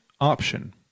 option